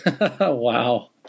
Wow